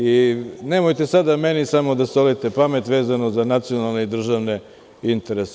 I nemojte sada meni samo da solite pamet vezano za nacionalne i državne interese.